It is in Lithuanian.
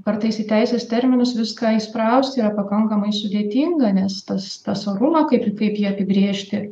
kartais į teisės terminus viską įsprausti yra pakankamai sudėtinga nes tas tas orumą kaip kaip jį apibrėžti